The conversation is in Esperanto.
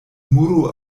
muro